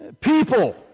People